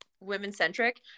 women-centric